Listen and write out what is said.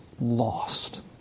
lost